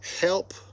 help